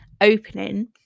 opening